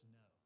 no